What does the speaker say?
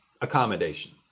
accommodation